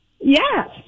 Yes